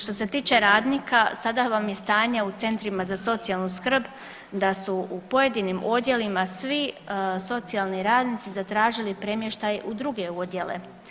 Što se tiče radnika sada vam je stanje u centrima za socijalnu skrb da su u pojedinim odjelima svi socijalni radnici zatražili premještaj u druge odjele.